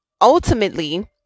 ultimately